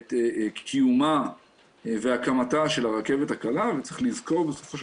את קיומה והקמתה של הרכבת הקלה וצריך לזכור בסופו של